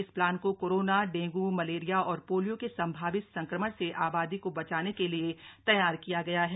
इस प्लान को corona dengue malaria और पोलियो के सम्भावित संकमण से आबादी को बचाने के लिए तैयार किया गया है